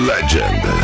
Legend